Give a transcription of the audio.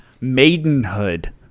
Maidenhood